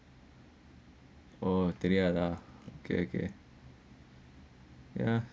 uh தெரியாதே:teriyaathae okay okay ya